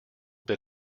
bit